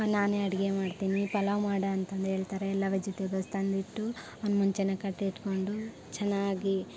ನಾನೇ ಅಡುಗೆ ಮಾಡ್ತೀನಿ ಪಲಾವ್ ಮಾಡು ಅಂತಂದು ಹೇಳ್ತಾರೆ ಎಲ್ಲ ವೆಜಿಟೇಬಲ್ಸ್ ತಂದಿಟ್ಟು ಅವನ್ನು ಮುಂಚೆನೇ ಕಟ್ ಇಟ್ಕೊಂಡು ಚೆನ್ನಾಗಿ